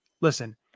listen